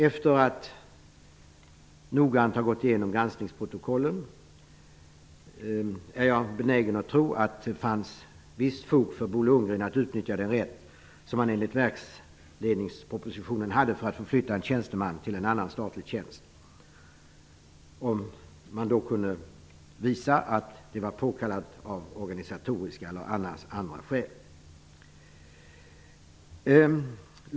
Efter att noga ha gått igenom granskningsprotokollen är jag benägen att tro att det fanns visst fog för Bo Lundgren att utnyttja den rätt som han enligt verksledningspropositionen hade att förflytta en tjänstemän till annan statlig tjänst, om man då kunde visa att det var påkallat av organisatoriska eller andra skäl.